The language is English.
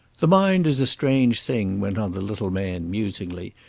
the mind is a strange thing, went on the little man, musingly.